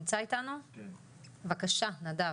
תודה לכולם.